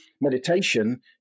Meditation